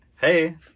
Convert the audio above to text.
hey